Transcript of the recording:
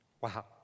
wow